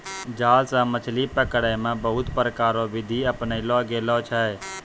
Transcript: जाल से मछली पकड़ै मे बहुत प्रकार रो बिधि अपनैलो गेलो छै